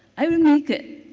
i will make it.